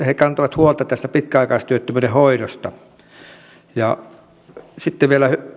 he kantoivat huolta tästä pitkäaikaistyöttömyyden hoidosta sitten vielä